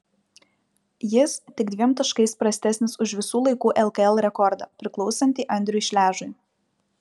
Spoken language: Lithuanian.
jis tik dviem taškais prastesnis už visų laikų lkl rekordą priklausantį andriui šležui